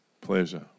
pleasure